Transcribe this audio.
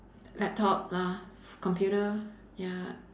laptop lah computer ya